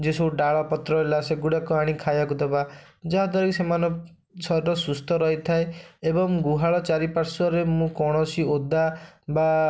ଯେ ସବୁ ଡାଳପତ୍ର ରହିଲା ସେଗୁଡ଼ାକ ଆଣି ଖାଇବାକୁ ଦେବା ଯାହାଦ୍ୱାରା କି ସେମାନଙ୍କ ଶରୀର ସୁସ୍ଥ ରହିଥାଏ ଏବଂ ଗୁହାଳ ଚାରିପାର୍ଶ୍ଵରେ ମୁଁ କୌଣସି ଓଦା ବା